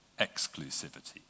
exclusivity